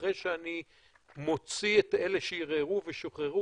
אחרי שאני מוציא את אלה שערערו ושוחררו,